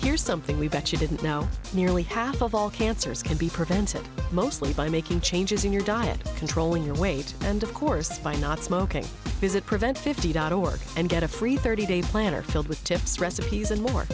here's something we bet you didn't know nearly half of all cancers can be prevented mostly by making changes in your diet controlling your weight and of course by not smoking does it prevent fifty dot org and get a free thirty day planner filled with tips recipes and more